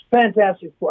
Fantastic